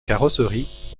carrosserie